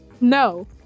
No